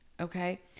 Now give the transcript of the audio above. okay